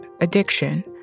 addiction